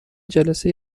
جلسه